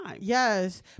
Yes